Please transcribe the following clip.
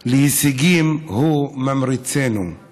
להישגים הוא ממריצנו /